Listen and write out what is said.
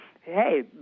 hey